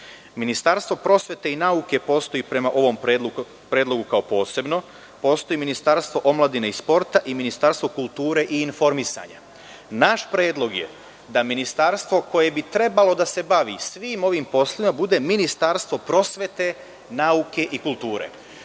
Ministarstvo prosvete i nauke postoji prema ovom predlogu kao posebno, postoji Ministarstvo omladine i sporta i Ministarstvo kulture i informisanja. Naš predlog je da ministarstvo koje bi trebalo da se bavi svim ovim poslovima bude Ministarstvo prosvete, nauke i kulture.U